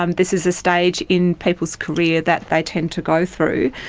um this is a stage in people's career that they tend to go through.